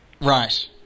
Right